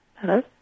hello